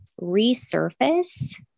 resurface